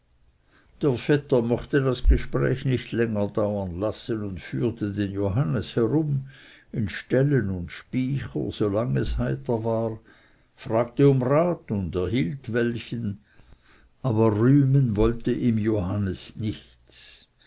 der vetter mochte das gespräch nicht länger dauren lassen und führte den johannes herum in ställen und spycher solange es heiter war fragte um rat und erhielt welchen aber rühmen wollte ihm johannes nichts